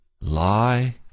Lie